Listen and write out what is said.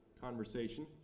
conversation